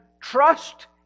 trust